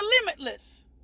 limitless